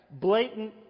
blatant